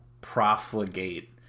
profligate